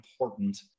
important